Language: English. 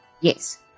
Yes